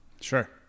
Sure